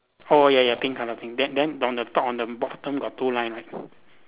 orh ya ya pink colour pink then then on the top on the bottom got two line right